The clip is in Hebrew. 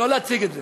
לא להציג את זה.